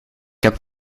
heb